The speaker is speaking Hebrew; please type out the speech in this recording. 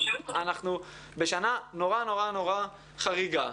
אנחנו בשנה חריגה,